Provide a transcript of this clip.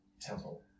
temple